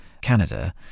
Canada